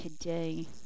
today